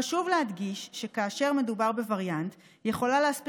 חשוב להדגיש שכאשר מדובר בווריאנט יכולה להספיק